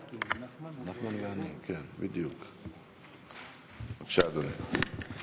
בבקשה, אדוני.